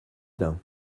dain